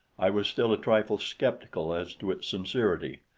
i was still a trifle skeptical as to its sincerity,